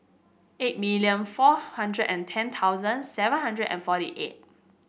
eight million four hundred and ten thousand seven hundred and forty eight